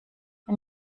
ein